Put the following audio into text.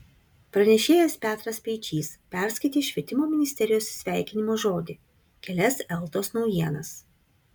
pranešėjas petras speičys perskaitė švietimo ministerijos sveikinimo žodį kelias eltos naujienas